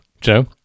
Joe